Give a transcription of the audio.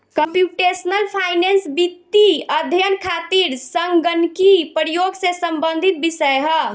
computational finance वित्तीय अध्ययन खातिर संगणकीय प्रयोग से संबंधित विषय ह